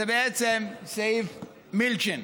זה בעצם "סעיף מילצ'ן",